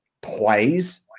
plays